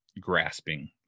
grasping